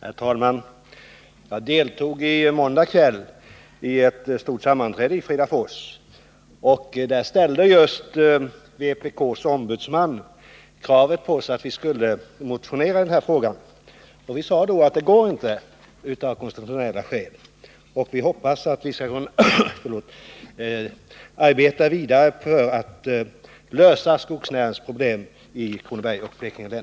Herr talman! Jag deltog i måndags kväll i ett stort sammanträde i Fridafors. Där ställde vpk:s ombudsman kravet att vi skulle motionera i den här frågan, och vi sade då att det inte går av konstitutionella skäl. Vi hoppas att vi skall kunna arbeta vidare för att lösa skogsnäringens problem i Kronobergs och Blekinge län.